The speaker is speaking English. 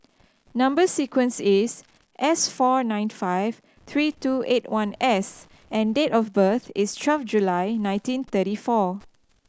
number sequence is S four nine five three two eight one S and date of birth is twelve July nineteen thirty four